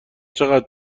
چقدر